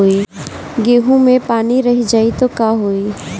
गेंहू मे पानी रह जाई त का होई?